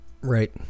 Right